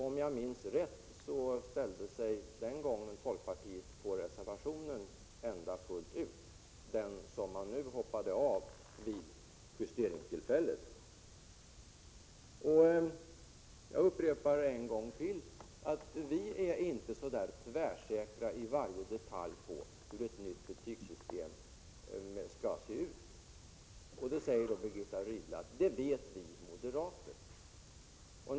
Om jag minns rätt ställde sig folkpartiet den gången bakom reservationen fullt ut, den som man nu vid justeringstillfället bestämde sig för att inte ställa sig bakom. Jag upprepar en gång till att vi i centerpartiet inte är så tvärsäkra i varje detalj då det gäller hur ett nytt betygssystem skall se ut. Birgitta Rydle säger då att moderaterna vet hur ett sådant skall se ut.